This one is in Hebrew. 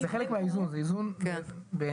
זה חלק מהאיזון, בעיני.